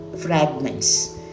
fragments